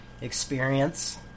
experience